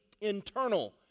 internal